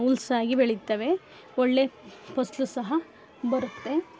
ಹುಲ್ಸಾಗಿ ಬೆಳಿತವೇ ಒಳ್ಳೇ ಫಸ್ಲು ಸಹ ಬರುತ್ತೆ